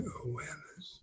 awareness